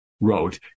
wrote